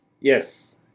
Yes